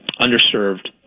underserved